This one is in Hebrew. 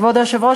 כבוד היושב-ראש,